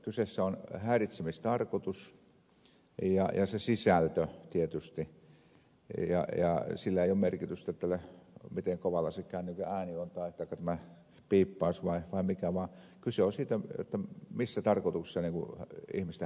kyseessä on häiritsemistarkoitus ja se sisältö tietysti ja sillä ei ole merkitystä siinä miten kovalla se kännykän ääni on taikka tämä piippaus tai mikä tahansa vaan kyse on siitä missä tarkoituksessa ihmistä häiritään